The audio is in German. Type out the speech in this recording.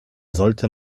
sollte